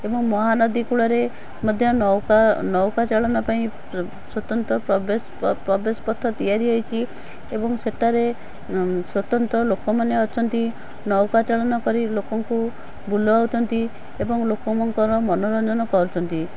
ଏବଂ ମହାନଦୀ କୂଳରେ ମଧ୍ୟ ନୌକା ନୌକା ଚାଳନ ପାଇଁ ସ୍ୱତନ୍ତ୍ର ପ୍ରବେଶ ପଥ ତିଆରି ହେଇଛି ଏବଂ ସେଠାରେ ସ୍ୱତନ୍ତ୍ର ଲୋକମାନେ ଅଛନ୍ତି ନୌକା ଚାଳନ କରି ଲୋକଙ୍କୁ ବୁଲାଉଛନ୍ତି ଏବଂ ଲୋକଙ୍କର ମନୋରଞ୍ଜନ କରୁଛନ୍ତି